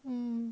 um